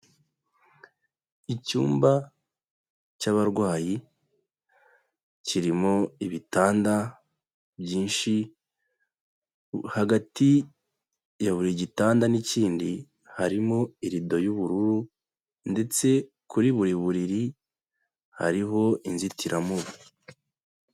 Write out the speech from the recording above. Icyumba cy'abarwayi kirimo ibitanda byinshi hagati ya buri gitanda n'ikindi harimo irido y'ubururu ndetse kuri buri buriri hariho inzitiramibu.